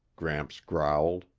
gramps growled.